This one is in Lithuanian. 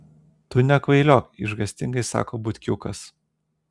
tu nekvailiok išgąstingai sako butkiukas